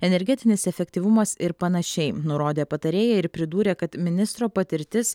energetinis efektyvumas ir panašiai nurodė patarėja ir pridūrė kad ministro patirtis